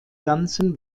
ganzen